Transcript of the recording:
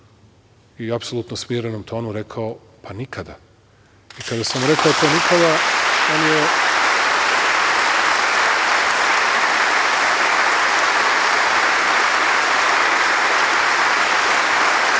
i u apsolutno smirenom tonu rekao – pa nikada.I kada sam rekao to nikada, on je..(